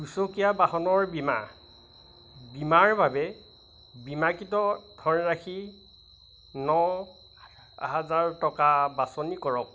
দুচকীয়া বাহনৰ বীমা বীমাৰ বাবে বীমাকৃত ধনৰাশি ন হাজাৰ টকা বাছনি কৰক